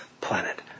planet